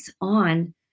on